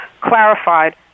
clarified